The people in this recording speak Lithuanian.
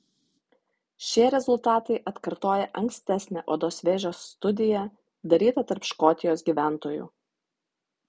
šie rezultatai atkartoja ankstesnę odos vėžio studiją darytą tarp škotijos gyventojų